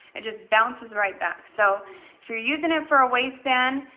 it just bounces right back. so if you're using it for ah waistband,